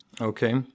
Okay